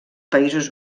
països